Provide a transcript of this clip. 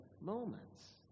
moments